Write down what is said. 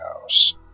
house